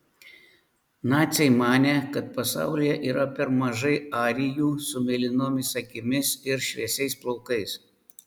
naciai manė kad pasaulyje yra per mažai arijų su mėlynomis akimis ir šviesiais plaukais